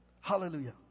Hallelujah